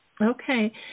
Okay